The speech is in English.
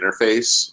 interface